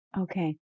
Okay